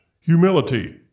humility